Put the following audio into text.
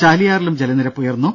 ചാലിയാറിലും ജലനിരപ്പുയർന്നു